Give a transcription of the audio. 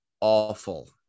awful